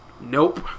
Nope